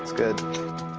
good.